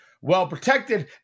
well-protected